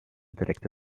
direkte